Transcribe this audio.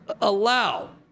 allow